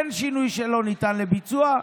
אין שינוי שלא ניתן לביצוע,